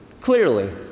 clearly